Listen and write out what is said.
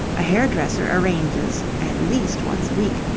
a hair-dresser arranges, at least once a week,